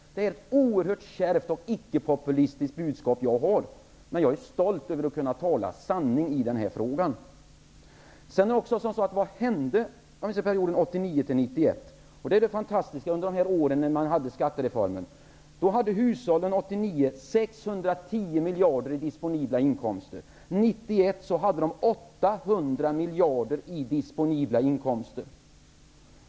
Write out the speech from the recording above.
Det är ett oerhört kärvt och icke-populistiskt budskap som jag har, men jag är stolt över att kunna tala sanning i denna fråga. Man kan fråga sig vad som hände under perioden 1989--1991, under de år när skattereformen genomfördes.